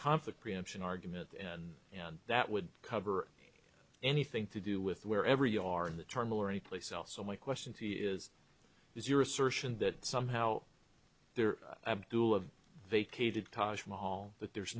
conflict preemption argument and that would cover anything to do with wherever you are in the terminal or anyplace else so my question t is is your assertion that somehow there abdul of vacated taj mahal that there's